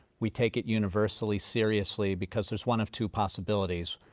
we take it universally seriously because there is one of two possibilities.